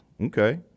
Okay